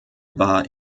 war